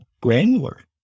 granular